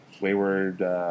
Wayward